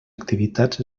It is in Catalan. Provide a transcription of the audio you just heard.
activitats